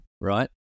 right